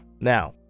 Now